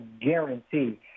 guarantee